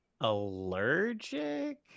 Allergic